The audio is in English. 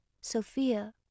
Sophia